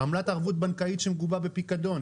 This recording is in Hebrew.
עמלת ערבות בנקאית שמגובה בפיקדון,